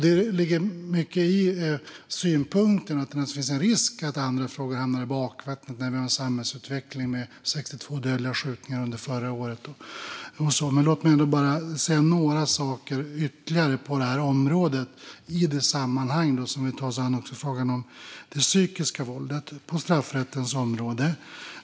Det ligger mycket i synpunkten att det finns en risk för att andra frågor hamnar i bakvattnet när vi har en samhällsutveckling med 62 dödliga skjutningar förra året, men låt mig ändå bara säga ytterligare några saker på det här området. I det här sammanhanget ska vi också ta oss an det psykiska våldet på straffrättens område.